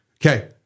okay